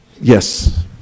Yes